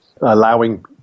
allowing